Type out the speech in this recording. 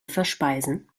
verspeisen